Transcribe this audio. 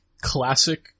classic